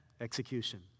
execution